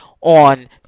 On